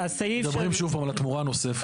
מדברים שוב פעם על התמורה הנוספת.